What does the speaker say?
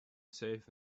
safe